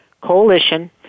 Coalition